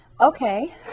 Okay